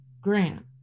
Grant